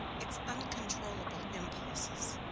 its uncontrollable impulses,